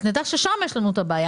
אז נדע ששם יש לנו את הבעיה.